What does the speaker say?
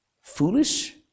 foolish